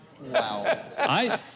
Wow